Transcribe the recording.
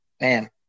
man